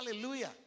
Hallelujah